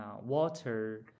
water